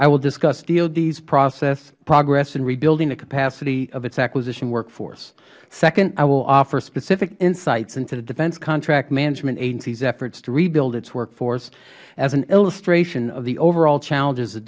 i will discuss dods progress in rebuilding the capacity of its acquisition workforce second i will offer specific insights into the defense contract management agencys efforts to rebuild its workforce as an illustration of the overall challenges